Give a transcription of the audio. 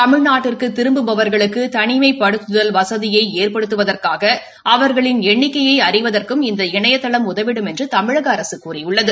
தமிழ்நாட்டிற்கு திரும்புபவர்களுக்கு தனிமைப்படுத்துதல் வசதியை ஏற்படுத்துவதற்காக அவர்களின் எண்ணிக்கையை அறிவதற்கும் இந்த இணையதளம் உதவிடும் என்று தமிழக அரசு கூறியுள்ளது